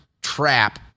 Trap